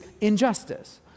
injustice